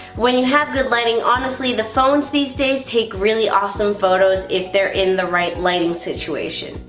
when you have good lighting honestly the phones these days take really awesome photos if they're in the right lighting situation.